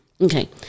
okay